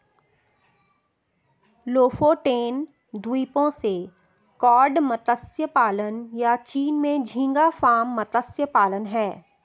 Lofoten द्वीपों से cod मत्स्य पालन, या चीन में झींगा फार्म मत्स्य पालन हैं